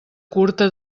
curta